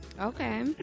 Okay